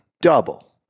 Double